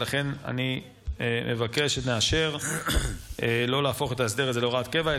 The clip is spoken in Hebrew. ולכן אני מבקש שנאשר לא להפוך את ההסדר הזה להוראת קבע,